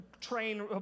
train